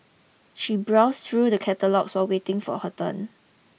she browsed through the catalogues while waiting for her turn